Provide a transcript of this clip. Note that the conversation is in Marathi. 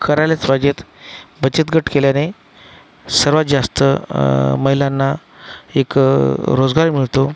करायलाच पाहिजे बचत गट केल्याने सर्वात जास्त महिलांना एक रोजगार मिळतो